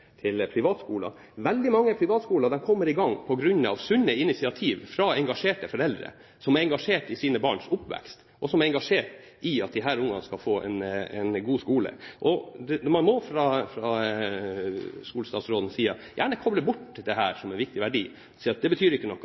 gjelder privatskoler: Veldig mange privatskoler kommer i gang på grunn av sunne initiativ fra foreldre som er engasjert i sine barns oppvekst, som er engasjert i at disse ungene skal gå på en god skole. Man må gjerne fra skolestatsrådens side koble bort dette som en viktig verdi og si at det ikke betyr noe,